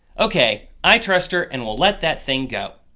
ok, i trust her and will let that thing go.